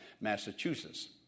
Massachusetts